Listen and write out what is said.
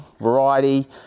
variety